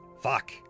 Fuck